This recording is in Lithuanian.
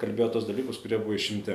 kalbėjo tuos dalykus kurie buvo išimti